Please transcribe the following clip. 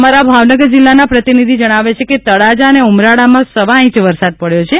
તો અમારા ભાવનગર જિલ્લાના પ્રતિનિધિ જણાવે છે કે તળાજા અને ઉમરાળામાં સવા ઈંચ વરસાદ પડ્યો છે